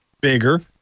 bigger